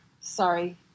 Sorry